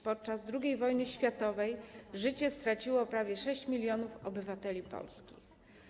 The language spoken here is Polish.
Podczas II wojny światowej życie straciło prawie 6 mln obywateli polskich.